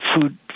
food